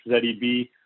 ZEB